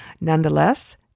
Nonetheless